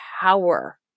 power